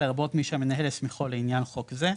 לרבות מי שהמנהל הסמיכו לעניין חוק זה,